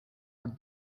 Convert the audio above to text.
are